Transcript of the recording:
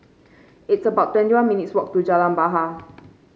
it's about twenty one minutes' walk to Jalan Bahar